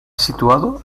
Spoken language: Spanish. situado